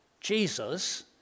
Jesus